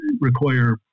require